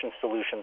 solutions